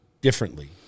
differently